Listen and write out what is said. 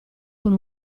con